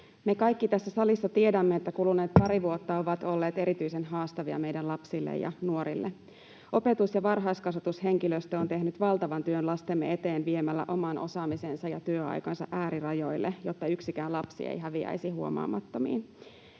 Me kaikki tässä salissa tiedämme, että kuluneet pari vuotta ovat olleet erityisen haastavia meidän lapsille ja nuorille. Opetus- ja varhaiskasvatushenkilöstö on tehnyt valtavan työn lastemme eteen viemällä oman osaamisensa ja työaikansa äärirajoille, jotta yksikään lapsi ei häviäisi huomaamattomiin.